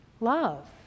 love